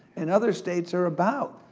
and other states are about.